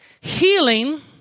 healing